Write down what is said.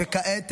כעת,